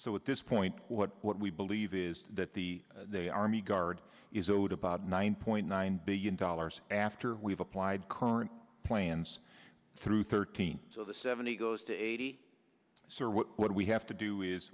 so at this point what what we believe is that the they army guard is owed about nine point nine billion dollars after we've applied current plans through thirteen so the seventy goes to eighty eight sir what we have to do is